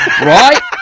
Right